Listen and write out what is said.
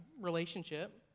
relationship